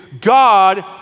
God